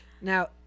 Now